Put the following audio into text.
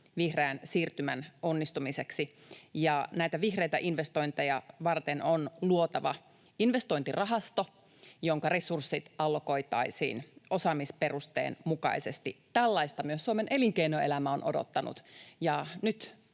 vihreän siirtymän onnistumiseksi. Näitä vihreitä investointeja varten on luotava investointirahasto, jonka resurssit allokoitaisiin osaamisperusteen mukaisesti. Tällaista myös Suomen elinkeinoelämä on odottanut,